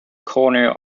corner